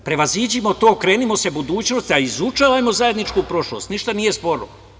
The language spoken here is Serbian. Prevaziđimo to, okrenimo se budućnosti, izučavajmo zajedničku prošlost, ništa nije sporno.